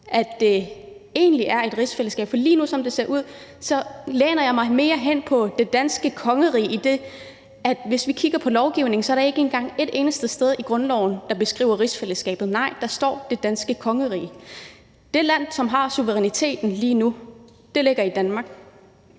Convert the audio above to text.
er et egentligt rigsfællesskab, for som det ser ud lige nu, læner jeg mig over mod det danske kongerige, for hvis vi kigger på lovgivningen, ser vi, at der ikke er et eneste sted i grundloven, der beskriver rigsfællesskabet, nej, der står det danske kongerige. Det land, som har suveræniteten lige nu, er Danmark,